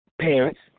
parents